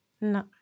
No